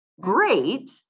Great